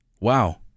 Wow